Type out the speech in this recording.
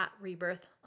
rebirth